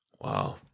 wow